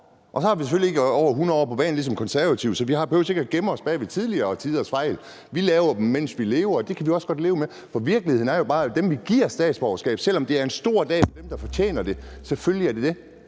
år. Vi har selvfølgelig ikke over 100 år på bagen ligesom Konservative, så vi behøver ikke at gemme os bag tidligere tiders fejl. Vi laver dem, mens vi lever, og det kan vi også godt leve med. Virkeligheden er jo, at dem, vi giver statsborgerskab til, selv om det er en stor dag for dem, som fortjener det – selvfølgelig er det det